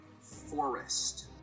forest